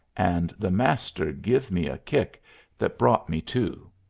and the master give me a kick that brought me to.